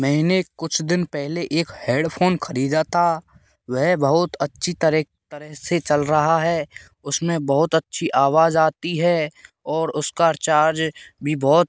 मैंने कुछ दिन पहले एक हेडफ़ोन खरीदा था वह बहुत अच्छी तरह तरह से चल रहा है उसमें बहुत अच्छी आवाज़ आती है और उसका चार्ज भी बहुत